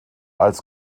als